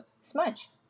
smudge